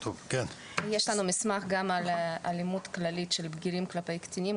יש לנו מסמך גם על אלימות כללית של בגירים כלפי קטינים,